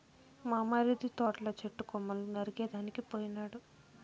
మా మరిది తోటల చెట్టు కొమ్మలు నరికేదానికి పోయినాడు